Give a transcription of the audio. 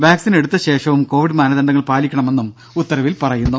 vaccine എടുത്ത ശേഷവും covid മാനദണ്ധങ്ങൾ പാലിക്കണമെന്നും ഉത്തരവിൽ പറഞ്ഞു